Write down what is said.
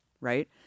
Right